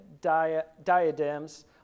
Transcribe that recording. diadems